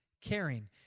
caring